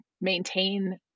maintain